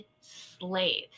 slaves